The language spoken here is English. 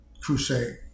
crusade